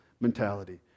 mentality